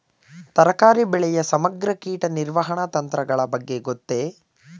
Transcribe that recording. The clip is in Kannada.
ತರಕಾರಿ ಬೆಳೆಯ ಸಮಗ್ರ ಕೀಟ ನಿರ್ವಹಣಾ ತಂತ್ರಗಳ ಬಗ್ಗೆ ಗೊತ್ತೇ?